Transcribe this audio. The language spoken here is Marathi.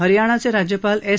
हरयाणाचे राज्यपाल एस्